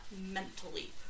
mentally